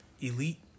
Elite